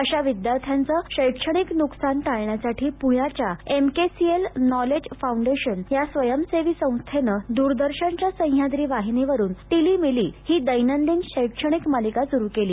अशा विद्यार्थ्यांच शैक्षणिक नुकसान टाळण्यासाठी पुण्याच्या एमकेसीएल नॉलेज फाऊन्डेशन या स्वयंसेवी संस्थेनं दूरदर्शनच्या सह्याद्री वाहिनीवरून टिलीमिली ही दैनंदिन शैक्षणिक मालिका सुरू केली